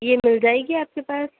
یہ مِل جائے گی آپ کے پاس